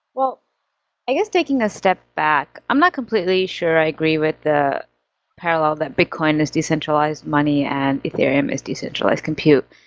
i guess taking a step back, i'm not completely sure i agree with the parallel that bitcoin is decentralized money and ethereum is decentralized compute.